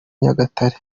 nyagatare